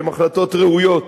שהן החלטות ראויות,